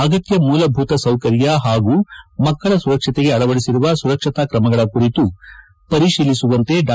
ಆಗತ್ಯ ಮೂಲಭೂತ ಸೌಕರ್ಯ ಮತ್ತು ಮಕ್ಕಳ ಸುರಕ್ಷತೆಗೆ ಅಳವಡಿಸಿರುವ ಸುರಕ್ಷತಾ ಕ್ರಮಗಳ ಕುರಿತು ಪರಿಶೀಲಿಸುವಂತೆ ಡಾ